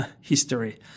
history